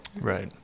Right